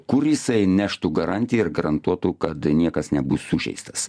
kur jisai neštų garantiją ir garantuotų kad niekas nebus sužeistas